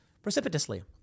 precipitously